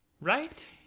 right